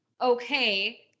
okay